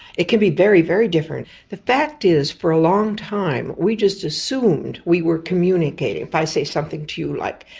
it can be very, very different. the fact is for a long time we just assumed we were communicating. if i say something to you like,